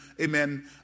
Amen